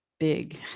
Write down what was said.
Big